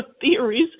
Theories